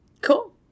Cool